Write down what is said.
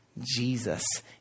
Jesus